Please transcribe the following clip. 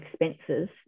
expenses